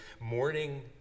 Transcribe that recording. morning